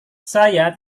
saya